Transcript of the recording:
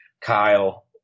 Kyle